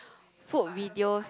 food videos